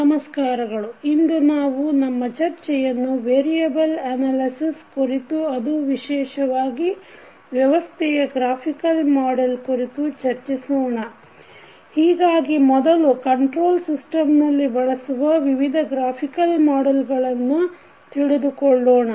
ನಮಸ್ಕಾರಗಳು ಇಂದು ನಾವು ನಮ್ಮ ಚರ್ಚೆಯನ್ನು ವೇರಿಯಬಲ್ ಅನಲಾಸಿಸ್ ಕುರಿತು ಅದೂ ವಿಶೇಷವಾಗಿ ವ್ಯವಸ್ಥೆಯ ಗ್ರಾಫಿಕಲ್ ಮಾಡೆಲ್ ಕುರಿತು ಚರ್ಚಿಸೋಣ ಹೀಗಾಗಿ ಮೊದಲು ಕಂಟ್ರೋಲ್ ಸಿಸ್ಟಮ್ನಲ್ಲಿ ಬಳಸುವ ವಿವಿಧ ಗ್ರಾಫಿಕಲ್ ಮಾಡೆಲ್ಗಳನ್ನು ತಿಳಿದುಕೊಳ್ಳೋಣ